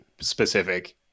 specific